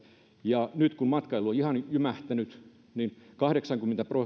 ja nyt kun matkailu on ihan jymähtänyt niin kahdeksankymmentä